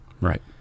Right